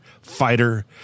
fighter